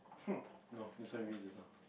hm no this one we did just now